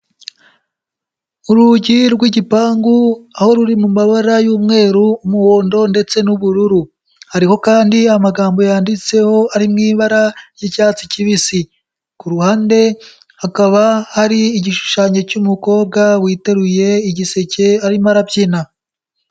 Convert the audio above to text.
Urugi rw'igipangu, aho ruri mu mabara y'umweru, umuhondo, ndetse n'ubururu. Hariho kandi amagambo yanditseho, ari mu ibara ry'icyatsi kibisi. Ku ruhande, hakaba hari igishushanyo cy'umukobwa witeruye igiseke arimo arabyina.